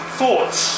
thoughts